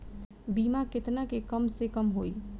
बीमा केतना के कम से कम होई?